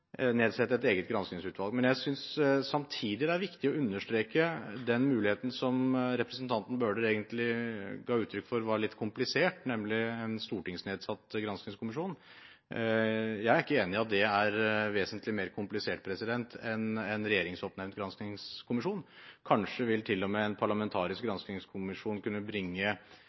nedsette et eget granskingsutvalg. Samtidig synes jeg det er viktig å understreke den muligheten som representanten Bøhler ga uttrykk for at var litt komplisert, nemlig en stortingsnedsatt granskingskommisjon. Jeg er ikke enig i at det er vesentlig mer komplisert enn en regjeringsoppnevnt granskingskommisjon. Kanskje vil en parlamentarisk granskingskommisjon til og med kunne bringe